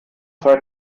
zwei